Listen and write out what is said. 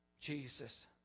Jesus